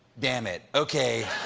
damn it. okay.